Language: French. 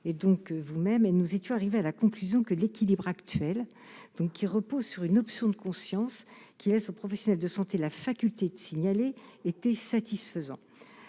et donc vous-même et nous étions arrivés à la conclusion que l'équilibre actuel, donc qui repose sur une option de conscience qui laisse aux professionnels de santé, la faculté de signaler était satisfaisant,